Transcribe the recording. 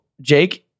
Jake